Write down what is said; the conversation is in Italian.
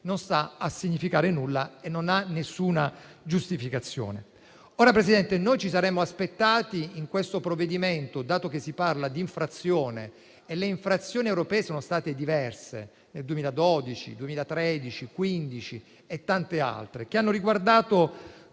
non sta a significare nulla e non ha alcuna giustificazione. Signora Presidente, ci saremmo aspettati altro in questo provvedimento, dato che si parla di infrazione e le infrazioni europee sono state diverse (nel 2012, 2013, 2015 e tante altre) e hanno riguardato